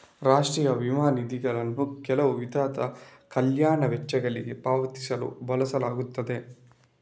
ರಾಷ್ಟ್ರೀಯ ವಿಮಾ ನಿಧಿಗಳನ್ನು ಕೆಲವು ವಿಧದ ಕಲ್ಯಾಣ ವೆಚ್ಚಗಳಿಗೆ ಪಾವತಿಸಲು ಬಳಸಲಾಗುತ್ತದೆ